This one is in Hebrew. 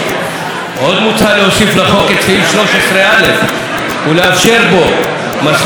עוד מוצע להוסיף לחוק את סעיף 13א ולאפשר בו מסלול סיוע נוסף